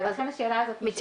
ולכן השאלה הזאת נשאלת.